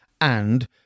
and